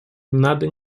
надо